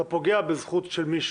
אתה פוגע בזכות של מישהו.